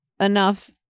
enough